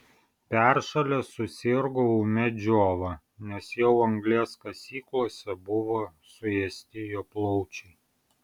peršalęs susirgo ūmia džiova nes jau anglies kasyklose buvo suėsti jo plaučiai